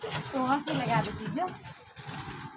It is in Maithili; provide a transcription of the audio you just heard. तू हँसी लगा दै छिही जो